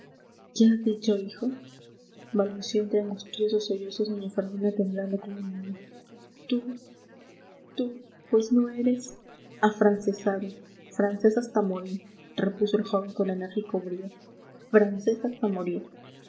has dicho hijo balbució entre angustiosos sollozos doña fermina temblando como un niño tú tú pues no eres afrancesado francés hasta morir repuso el joven con enérgico brío francés hasta morir